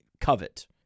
covet